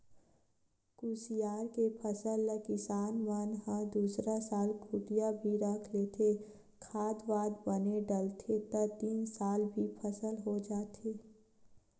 कुसियार के फसल ल किसान मन ह दूसरा साल खूटिया भी रख लेथे, खाद वाद बने डलथे त तीन साल भी फसल हो जाथे